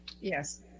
yes